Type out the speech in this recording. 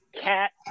cat